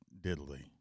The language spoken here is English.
diddly